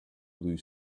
blue